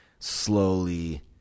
slowly